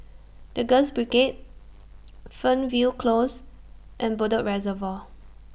The Girls Brigade Fernvale Close and Bedok Reservoir